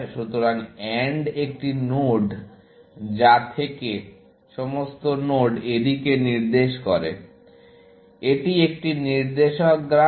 সুতরাং AND একটি node যা থেকে সমস্ত নোড এদিকে নির্দেশ করে এটি একটি নির্দেশক গ্রাফ